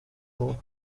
road